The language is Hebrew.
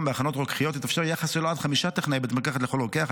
בהכנות רוקחיות יתאפשר יחס של עד חמישה טכנאי בית מרקחת לכל רוקח.